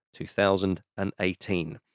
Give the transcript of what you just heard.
2018